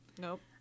Nope